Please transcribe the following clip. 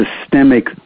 systemic